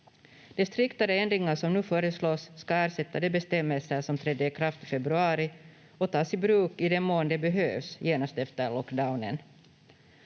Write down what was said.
striktare ändringar som nu föreslås ska ersätta de bestämmelser som trädde i kraft i februari och tas i bruk i den mån de behövs genast efter lockdownen.